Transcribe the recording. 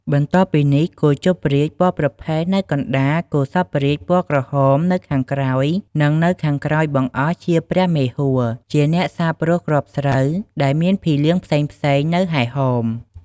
បន្ទាប់ពីនេះ គោជប់រាជ ពណ៌ប្រផេះនៅកណ្ដាល គោសព្វរាជ ពណ៌ក្រហម នៅខាងក្រោយ និងនៅខាងក្រោយបង្អស់ជា ព្រះមេហួរ ជាអ្នកសាបព្រួសគ្រាប់ស្រូវ ដែលមានភីលៀងផ្សេងៗនៅហែរហម។